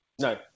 No